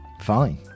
Fine